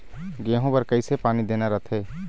गेहूं बर कइसे पानी देना रथे?